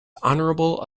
honorable